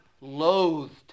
loathed